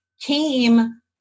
came